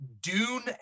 Dune